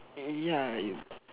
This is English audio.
ya it